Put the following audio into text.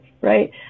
right